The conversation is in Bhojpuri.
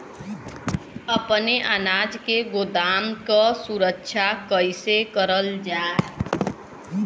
अपने अनाज के गोदाम क सुरक्षा कइसे करल जा?